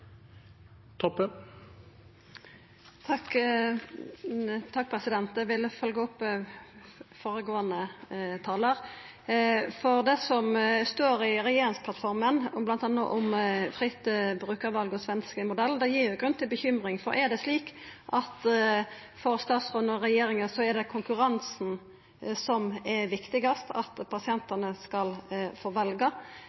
Eg vil følgja opp føregåande talar. Det som står i regjeringsplattforma, bl.a. om fritt brukarval og svensk modell, gir grunn til bekymring. Er det slik at for statsråden og regjeringa er det konkurransen som er viktigast, at